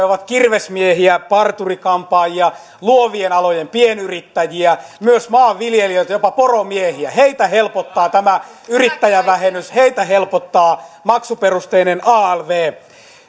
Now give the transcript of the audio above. ovat kirvesmiehiä parturi kampaajia luovien alojen pienyrittäjiä myös maanviljelijöitä jopa poromiehiä heitä helpottaa tämä yrittäjävähennys heitä helpottaa maksuperusteinen alv